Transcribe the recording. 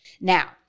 Now